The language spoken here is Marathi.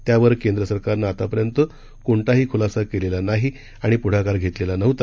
त्यावर केंद्र सरकारनं आतापर्यंत कोणताही खुलासा केलेला नाही आणि पुढाकार घेतलेला नव्हता